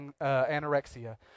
anorexia